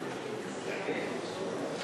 זאב.